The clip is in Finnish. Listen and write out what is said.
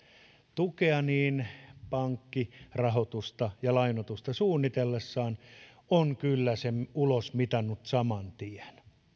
tukea niin pankki rahoitusta ja lainoitusta suunnitellessaan on kyllä sen ulosmitannut saman tien